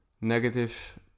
Negative